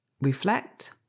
reflect